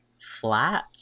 flat